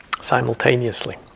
simultaneously